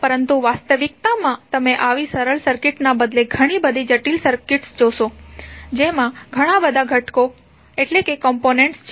પરંતુ વાસ્તવિકતામાં તમે આવી સરળ સર્કિટ ના બદલે ઘણી બધી જટિલ સર્કિટ્સ જોશો જેમાં ઘણા ઘટકો છે